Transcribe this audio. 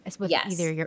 Yes